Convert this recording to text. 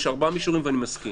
יש ארבעה מישורים ואני מסכים